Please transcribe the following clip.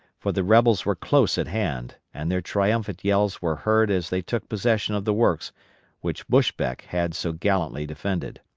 for the rebels were close at hand, and their triumphant yells were heard as they took possession of the works which buschbeck had so gallantly defended.